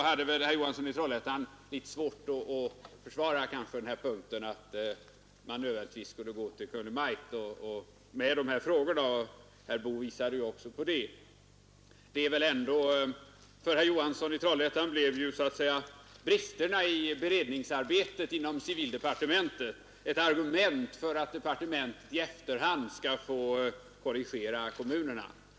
Herr Johansson i Trollhättan hade litet svårt att förklara varför man skulle gå till Kungl. Maj:t med dessa frågor, vilket herr Boo också påpekade. För herr Johansson i Trollhättan blev så att säga bristerna i beredningsarbetet inom civildepartementet ett argument för att departementet i efterhand skulle få korrigera kommunerna.